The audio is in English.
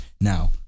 Now